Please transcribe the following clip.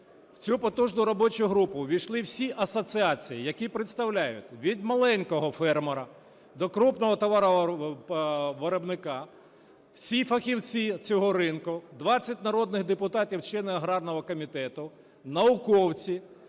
В цю потужну робочу групу ввійшли всі асоціації, які представляють від маленького фермера до крупного товаровиробника, всі фахівці цього ринку, 20 народних депутатів, члени аграрного комітету, науковці,